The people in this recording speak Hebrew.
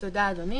תודה, אדוני.